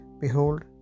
Behold